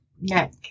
neck